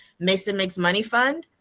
masonmakesmoneyfund